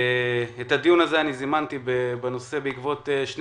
את הדיון הזה זימנתי בנושא בעקבות שני